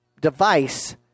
device